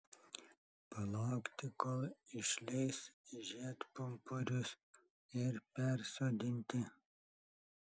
palaukti kol išleis žiedpumpurius ir persodinti